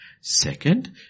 Second